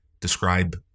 describe